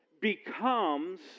becomes